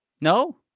No